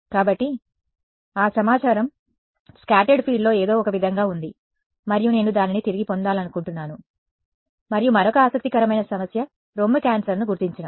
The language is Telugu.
కాబట్టి ఆ సమాచారం స్కాటర్డ్ ఫీల్డ్లో ఏదో ఒకవిధంగా ఉంది మరియు నేను దానిని తిరిగి పొందాలనుకుంటున్నాను మరియు మరొక ఆసక్తికరమైన సమస్య రొమ్ము క్యాన్సర్ను గుర్తించడం